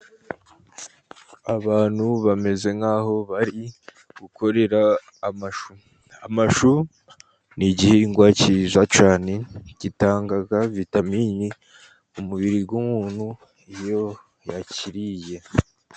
Abantu bameze nk'aho bari gukorerara amashu. Amashu ni igihingwa kiza cyane gitanga vitamini mu mubiri w'umuntu iyo yakiriye.